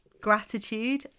gratitude